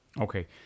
Okay